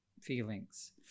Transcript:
feelings